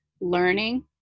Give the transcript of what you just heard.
learning